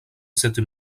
cette